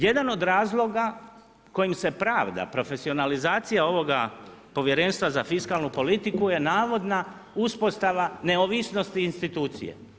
Jedan od razloga kojim se pravda profesionalizacija ovoga Povjerenstva za fiskalnu politiku je navodna uspostava neovisnosti institucije.